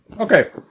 Okay